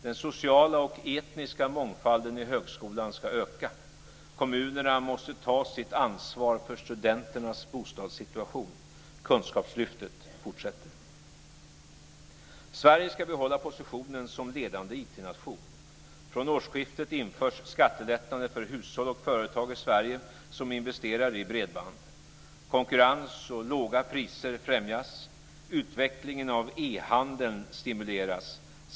Den sociala och etniska mångfalden i högskolan ska öka. Kommunerna måste ta sitt ansvar för studenternas bostadssituation. Kunskapslyftet fortsätter. Sverige ska behålla positionen som ledande IT Konkurrens och låga priser främjas. Utvecklingen av e-handeln stimuleras.